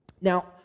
Now